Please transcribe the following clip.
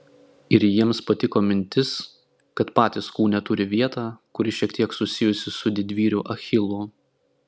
ir jiems patiko mintis kad patys kūne turi vietą kuri šiek tiek susijusi su didvyriu achilu